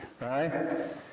right